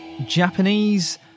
Japanese